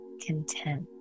content